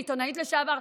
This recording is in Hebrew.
עיתונאית לשעבר,